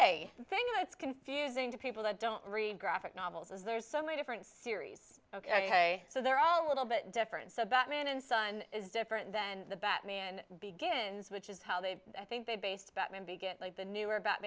that's confusing to people that don't read graphic novels as there's so many different series ok so they're all a little bit different so batman and sun is different then the batman begins which is how they i think they based that maybe get like the new about